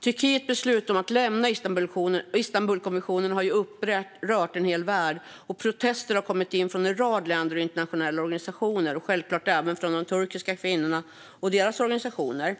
Turkiets beslut att lämna Istanbulkonventionen har upprört en hel värld, och protester har kommit från en rad länder och internationella organisationer, självklart även från de turkiska kvinnorna och deras organisationer.